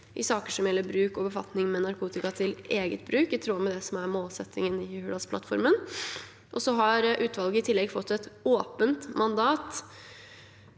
i saker som gjelder bruk og befatning med narkotika til egen bruk, i tråd med det som er målsettingen i Hurdalsplattformen. I tillegg har utvalget fått et åpent mandat